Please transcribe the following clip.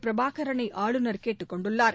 பிரபாகரனைஆளுநர் கேட்டுக் கொண்டுள்ளார்